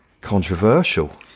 controversial